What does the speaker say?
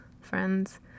friends